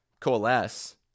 Coalesce